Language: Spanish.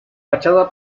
fachada